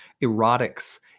erotics